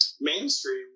mainstream